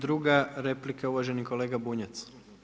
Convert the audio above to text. Druga replika uvaženi kolega Bunjac.